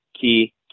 key